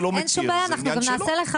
שנייה, אני רק אסביר.